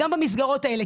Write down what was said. גם במסגרות האלה,